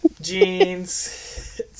jeans